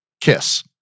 Kiss